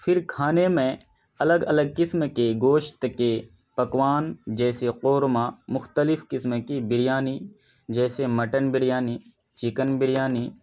پھر کھانے میں الگ الگ قسم کے گوشت کے پکوان جیسے قورمہ مختلف قسم کی بریانی جیسے مٹن بریانی چکن بریانی